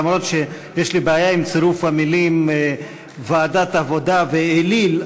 אף שיש לי בעיה עם צירוף המילים "ועדת העבודה" ו"אליל",